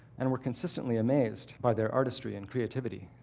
and we're consistently amazed by their artistry and creativity.